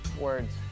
Words